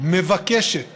מבקשת